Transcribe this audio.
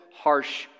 harsh